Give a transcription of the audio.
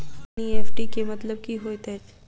NEFT केँ मतलब की होइत अछि?